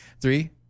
Three